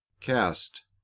cast